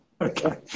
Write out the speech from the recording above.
Okay